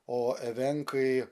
o evenkai